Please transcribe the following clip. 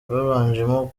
babanjemo